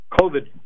COVID